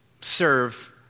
Serve